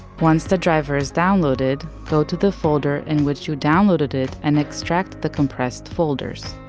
once the driver is downloaded, go to the folder in which you downloaded it and extract the compressed folders.